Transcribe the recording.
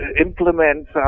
implement